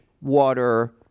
water